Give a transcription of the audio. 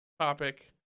topic